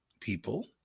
people